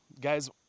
guys